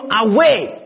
away